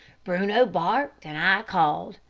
bruno barked and i called,